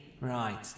right